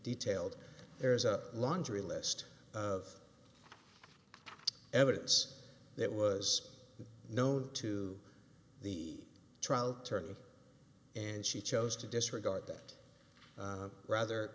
detailed there is a laundry list of evidence that was known to the trial attorney and she chose to disregard that rather